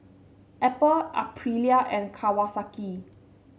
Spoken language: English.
Apple Aprilia and Kawasaki